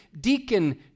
deacon